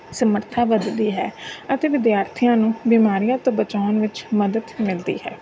ਸਮਰਥਾ ਵਧਦੀ ਹੈ ਅਤੇ ਵਿਦਿਆਰਥੀਆਂ ਨੂੰ ਬਿਮਾਰੀਆਂ ਤੋਂ ਬਚਾਉਣ ਵਿੱਚ ਮਦਦ ਮਿਲਦੀ ਹੈ